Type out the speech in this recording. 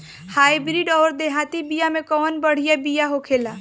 Hybrid अउर देहाती बिया मे कउन बढ़िया बिया होखेला?